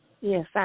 Yes